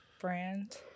brand